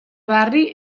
barri